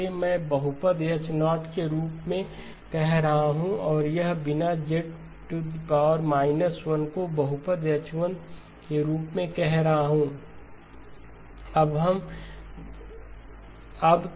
तो इसे मैं बहुपद H0के रूप में कह रहा हूं और यह बिना Z 1 को बहुपद H1 के रूप में कह रहा हूं